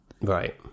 Right